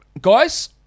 Guys